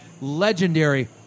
legendary